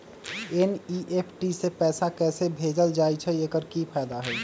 NEFT से पैसा कैसे भेजल जाइछइ? एकर की फायदा हई?